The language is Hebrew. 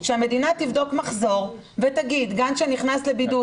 שהמדינה תבדוק מחזור ותגיד: גן שנכנס לבידוד,